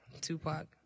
Tupac